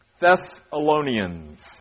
Thessalonians